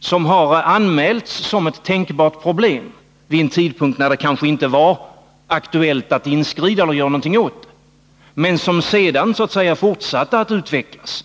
som har anmälts som ett tänkbart problem vid en tidpunkt när det kanske inte var aktuellt att inskrida och göra något åt det, men som sedan fortsatte att utvecklas.